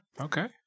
Okay